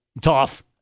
Tough